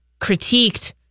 critiqued